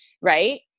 Right